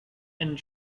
and